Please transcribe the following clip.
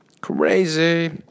Crazy